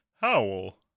Howl